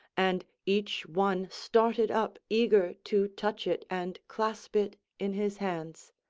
and each one started up eager to touch it and clasp it in his hands.